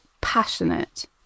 passionate